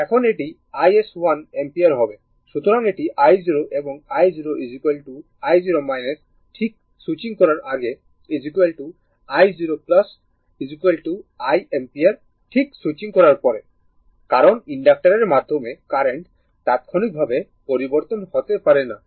সুতরাং এটি i0 এবং i0 i0 ঠিক সুইচিং করার আগে i0 1 অ্যাম্পিয়ার ঠিক সুইচিং করার পরে কারণ ইনডাক্টরের মাধ্যমে কারেন্ট তাৎক্ষণিকভাবে পরিবর্তন হতে পারে না